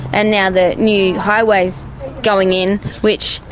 and now the new highway's going in, which,